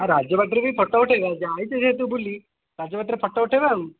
ରାଜବାଟୀରେ ବି ଫୋଟୋ ଉଠେଇବା ଯାଇଛେ ଯେହେତୁ ବୁଲି ରାଜବାଟୀରେ ଫୋଟୋ ଉଠେଇବା ଆଉ